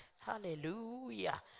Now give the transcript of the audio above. Hallelujah